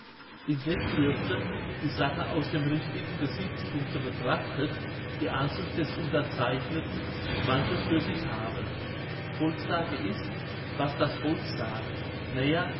indeß dürfte die sach aus dem richtigen gesichtspunkte betrachtet die ansicht des unterzeichneten manches für sich haben volkssage ist was das volk sagt